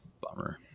Bummer